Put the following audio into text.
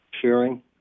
sharing